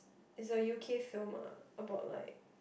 is a u_k film ah about like